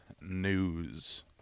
news